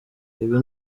ibi